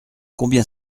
combien